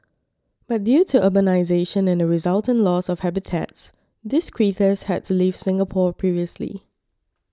but due to urbanisation and the resultant loss of habitats these critters had to leave Singapore previously